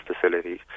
facilities